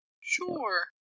Sure